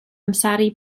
amseru